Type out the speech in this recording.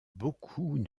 beaucoup